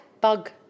bug